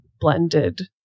blended